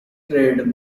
trade